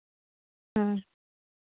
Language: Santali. ᱦᱮᱸ